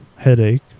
headache